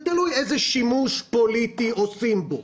זה תלוי איזה שימוש פליטי עושים בו.